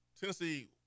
Tennessee